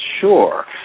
sure